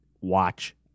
watch